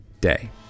day